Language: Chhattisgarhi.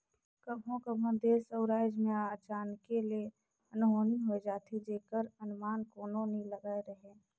कभों कभों देस अउ राएज में अचानके ले अनहोनी होए जाथे जेकर अनमान कोनो नी लगाए रहें